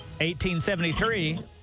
1873